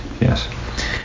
Yes